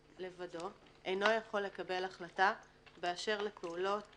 לבדו אינו יכול לקבל החלטה באשר לפעולות